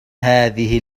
هذه